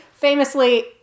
famously